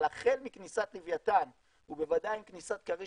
אבל החל מכניסת לווייתן ובוודאי עם כניסת כריש